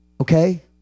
Okay